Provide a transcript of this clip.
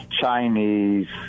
Chinese